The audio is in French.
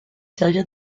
servir